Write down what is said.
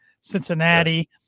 Cincinnati